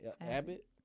Abbott